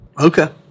Okay